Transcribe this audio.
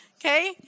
Okay